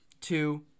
two